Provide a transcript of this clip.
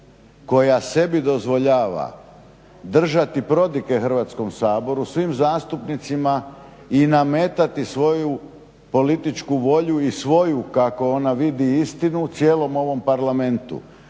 koja sebi dozvoljava držati prodike Hrvatskom saboru, svim zastupnicima i nametati svoju političku volju i svoju kako ona vidi istinu cijelom ovom parlamentu.